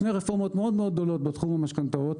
שתי רפורמות מאוד גדולות בתחום המשכנתאות.